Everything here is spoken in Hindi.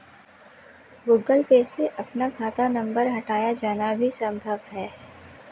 गूगल पे से अपना खाता नंबर हटाया जाना भी संभव है